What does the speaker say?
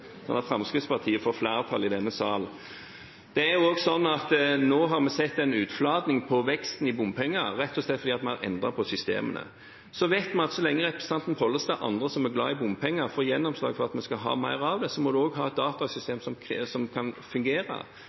at Fremskrittspartiet får flertall i denne salen. Det er også slik at nå har vi sett en utflating på veksten i bompenger, rett og slett fordi vi har endret på systemene. Så vet vi at så lenge representanten Pollestad og andre som er glad i bompenger, får gjennomslag for at vi skal ha mer av det, må en også ha et datasystem som kan fungere. Nå er det altså forsøkt utviklet et system som